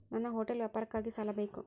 ನನ್ನ ಹೋಟೆಲ್ ವ್ಯಾಪಾರಕ್ಕಾಗಿ ಸಾಲ ಬೇಕು